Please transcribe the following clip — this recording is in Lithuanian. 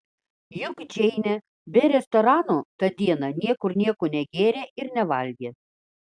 juk džeinė be restorano tą dieną niekur nieko negėrė ir nevalgė